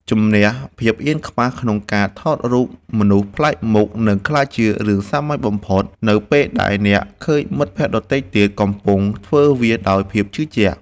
ជម្នះភាពអៀនខ្មាសក្នុងការថតរូបមនុស្សប្លែកមុខនឹងក្លាយជារឿងសាមញ្ញបំផុតនៅពេលដែលអ្នកឃើញមិត្តភក្តិដទៃទៀតកំពុងធ្វើវាដោយភាពជឿជាក់។